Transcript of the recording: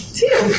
two